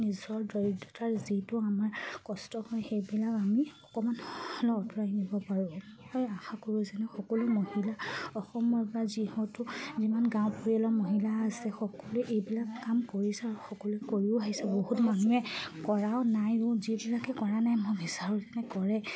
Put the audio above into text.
নিজৰ দৰিদ্ৰতাৰ যিটো আমাৰ কষ্ট হয় সেইবিলাক আমি অকণমান আঁতৰাই নিব পাৰোঁ মই আশা কৰোঁ যেনে সকলো মহিলা অসমৰ বা যিহেতু যিমান গাঁও পৰিয়ালৰ মহিলা আছে সকলোৱে এইবিলাক কাম কৰিছোঁ সকলোৱে কৰিও আহিছে বহুত মানুহে কৰাও নাই যিবিলাকে কৰা নাই মোৰ বিচাৰোঁতে কৰে